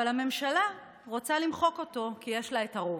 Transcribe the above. אבל הממשלה רוצה למחוק אותו, כי יש לה את הרוב.